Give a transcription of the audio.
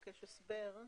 ונבקש הסבר.